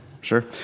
Sure